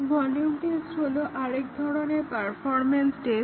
volume test হলো আরেক ধরনের পারফরম্যান্স টেস্ট